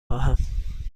خواهم